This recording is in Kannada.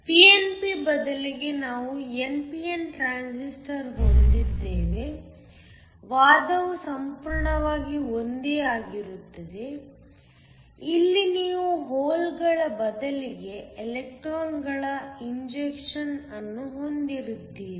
pnp ಬದಲಿಗೆ ನೀವು npn ಟ್ರಾನ್ಸಿಸ್ಟರ್ ಹೊಂದಿದ್ದರೆ ವಾದವು ಸಂಪೂರ್ಣವಾಗಿ ಒಂದೇ ಆಗಿರುತ್ತದೆ ಇಲ್ಲಿ ನೀವು ಹೋಲ್ಗಳ ಬದಲಿಗೆ ಎಲೆಕ್ಟ್ರಾನ್ಗಳ ಇಂಜೆಕ್ಷನ್ ಅನ್ನು ಹೊಂದಿದ್ದೀರಿ